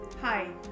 Hi